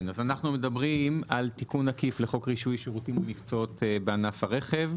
אנחנו מדברים על תיקון עקיף לחוק רישוי שירותים ומקצועות בענף הרכב.